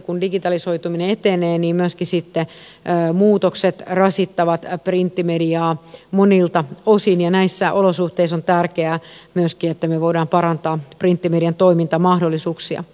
kun digitalisoituminen etenee niin myöskin sitten muutokset rasittavat printtimediaa monilta osin ja näissä olosuhteissa on myöskin tärkeää että me voimme parantaa printtimedian toimintamahdollisuuksia